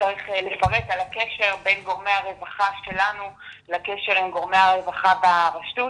צריך לפרט על הקשר בין גורמי הרווחה שלנו לקשר עם גורמי הרווחה ברשות,